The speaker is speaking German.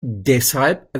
deshalb